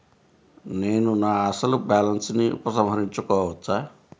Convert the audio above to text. నేను నా అసలు బాలన్స్ ని ఉపసంహరించుకోవచ్చా?